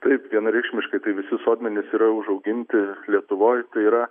taip vienareikšmiškai tai visi sodmenys yra užauginti lietuvoj tai yra